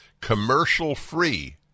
commercial-free